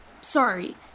Sorry